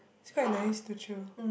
it's quite nice to chill